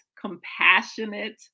compassionate